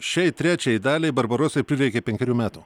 šiai trečiai daliai barbarosai prireikė penkerių metų